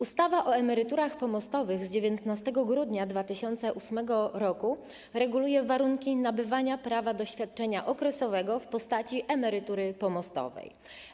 Ustawa o emeryturach pomostowych z 19 grudnia 2008 r. reguluje warunki nabywania prawa do świadczenia okresowego w postaci emerytury pomostowej.